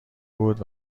بود